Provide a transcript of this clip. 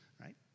right